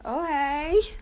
okay